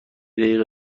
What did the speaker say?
دقیقه